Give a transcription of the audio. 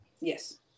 Yes